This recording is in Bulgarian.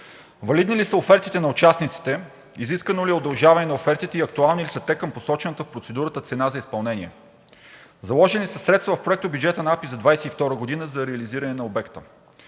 Валидни ли са офертите на участниците? Изискано ли е удължаване на офертите и актуални ли са те към посочената в процедурата цена за изпълнение? Заложени ли са средства в проектобюджета на Агенция „Пътна инфраструктура“ за